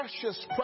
Precious